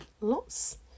lots